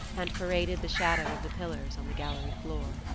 and paraded the shadow of the pillars on the gallery floor.